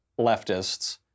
leftists